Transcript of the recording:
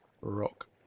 rock